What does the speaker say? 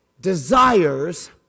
desires